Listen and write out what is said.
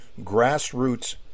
grassroots